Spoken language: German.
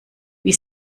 wie